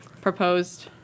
proposed